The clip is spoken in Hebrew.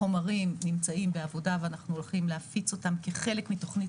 החומרים נמצאים בעבודה ואנחנו הולכים להפיץ אותם כחלק מתוכנית